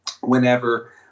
whenever